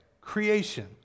creation